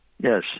Yes